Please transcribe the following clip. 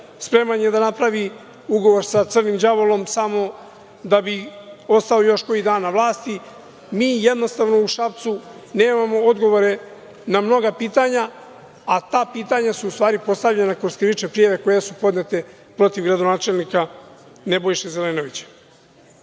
spreman je da napravi ugovor sa crnim đavolom, samo da bi ostao još koji dan na vlasti. Mi jednostavno u Šapcu nemamo odgovore na mnoga pitanja, a ta pitanja su u stvari postavljena kroz krivične prijave koje su podnete protiv gradonačelnika Nebojše Zelenovića. Ja